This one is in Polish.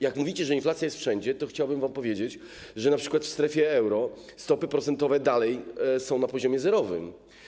Jak mówicie, że inflacja jest wszędzie, to chciałbym wam powiedzieć, że np. w strefie euro stopy procentowe dalej są na poziomie zerowym.